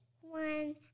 one